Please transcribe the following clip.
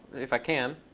if i can,